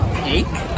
cake